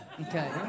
Okay